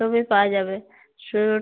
সবই পাওয়া যাবে স্যুট